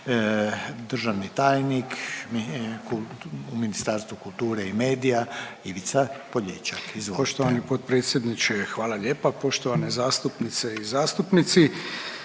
državni tajnik u Ministarstvu kulture i medija Ivica Poljičak, izvolite. **Poljičak, Ivica** Poštovani potpredsjedniče hvala lijepa. Poštovane zastupnice i zastupnici,